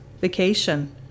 vacation